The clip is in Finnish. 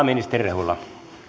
ministeri rehula